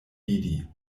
vidi